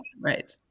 right